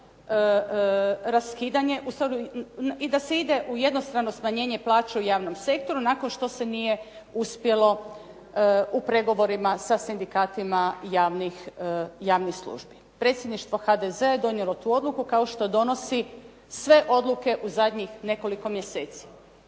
i da se ide u jednostrano smanjenje plaća u javnom sektoru nakon što se nije uspjelo u pregovorima sa sindikatima javnih službi. Predsjedništvo HDZ-a je donijelo tu odluku kao što donosi sve odluke u zadnjih nekoliko mjeseci.